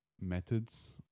methods